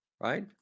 Right